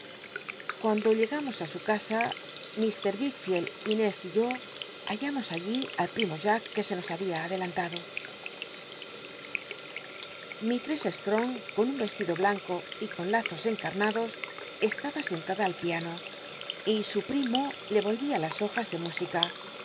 cuando llegamos ü su casa mr wicklleld que se nos lnás y yo hallamos alli al primo jacj habia adelantado iristress strong con un vestido blanco y con lazos encarnados eslaba sentada al piano y su oivia las hojas de música